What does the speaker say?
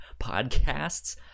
podcasts